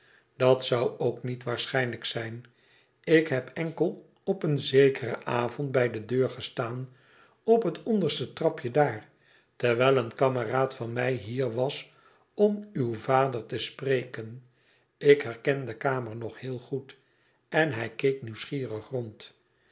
dat zou ook niet waarschijnlijk zijn ik heb enkel op een zekeren avond bij de deur gestaan op het onderste trapje daar terwijl een kameraad van mij hier was om uw vader te spreken ik herken de kamer nog heel goed en hij keek nieuwsgierig rond